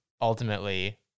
ultimately